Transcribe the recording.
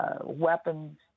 weapons